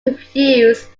confused